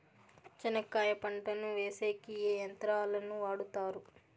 చెనక్కాయ పంటను వేసేకి ఏ యంత్రాలు ను వాడుతారు?